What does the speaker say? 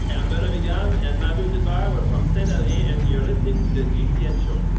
and but vegam and matthew zhedbar. we're from saint elier yeah and you're listening to the gcn show.